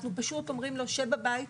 אומרים לו: שב בבית,